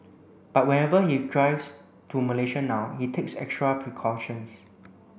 but whenever he drives to Malaysia now he takes extra precautions